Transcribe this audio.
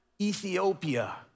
Ethiopia